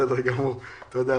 מציג את